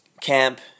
camp